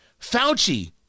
Fauci